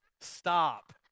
stop